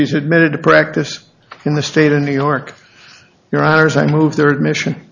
she's admitted to practice in the state of new york your honors i moved there mission